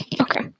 Okay